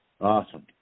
Awesome